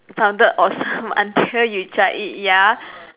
sounded awesome until you try it ya